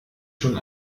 schon